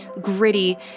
gritty